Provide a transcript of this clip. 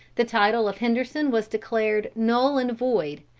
the title of henderson was declared null and void.